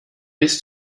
bis